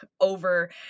over